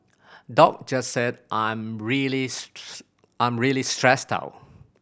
doc just said I'm really I'm really stressed out